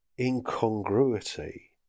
incongruity